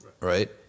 right